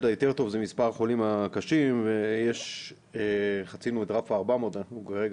היותר טוב זה מספר החולים הקשים וחצינו את רף ה-400 ואנחנו כרגע